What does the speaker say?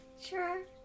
sure